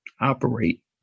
operate